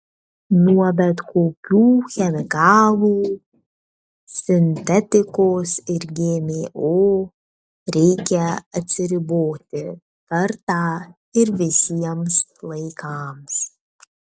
nuo bet kokių chemikalų sintetikos ir gmo reikia atsiriboti kartą ir visiems laikams